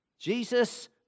Jesus